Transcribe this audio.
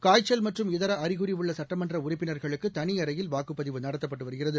காய்ச்சல் மற்றும் இதர அறிகுறி உள்ள சட்டமன்ற உறுப்பினர்களுக்கு தனிஅறையில் வாக்குப்பதிவு நடத்தப்பட்டு வருகிறது